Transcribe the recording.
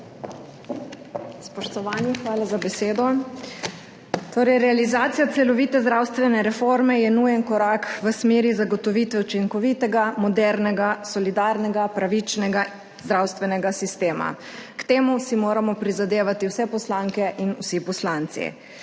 Spoštovani! Hvala za besedo. Torej, realizacija celovite zdravstvene reforme je nujen korak v smeri zagotovitve učinkovitega, modernega, solidarnega, pravičnega zdravstvenega sistema. K temu si moramo prizadevati vse poslanke in vsi poslanci.